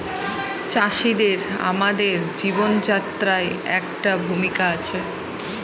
চাষিদের আমাদের জীবনযাত্রায় একটা ভূমিকা আছে